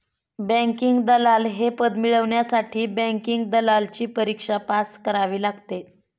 banking दलाल हे पद मिळवण्यासाठी बँकिंग दलालची परीक्षा पास करावी लागते